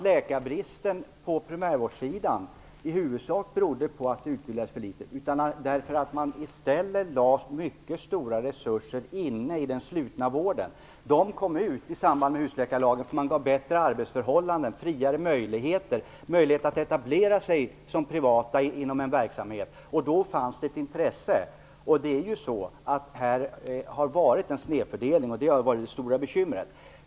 Läkarbristen på primärvårdssidan berodde inte i huvudsak på att det utbildades för litet läkare, utan det berodde på att man i stället satsade mycket stora resurser på läkare inom den slutna vården. De blev färdigutbildade i samband med husläkarlagen. De gavs bättre arbetsförhållanden och friare möjligheter att etablera sig inom privat verksamhet, vilket det då fanns intresse för. Det är faktiskt så, att det här har varit en snedfördelning, vilket har varit det stora bekymret.